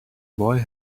boy